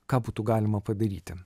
ką būtų galima padaryti